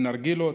לנרגילות,